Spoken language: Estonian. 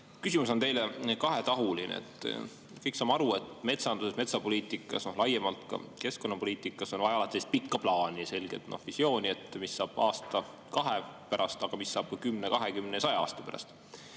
Küsimus teile on kahetahuline. Me kõik saame aru, et metsanduses, metsapoliitikas, laiemalt ka keskkonnapoliitikas on vaja pikka plaani, selget visiooni, mis saab aasta-kahe pärast, aga mis saab ka 10, 20 ja 100 aasta pärast. Ma